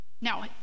Now